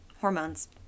hormones